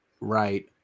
right